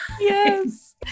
yes